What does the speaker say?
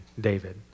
David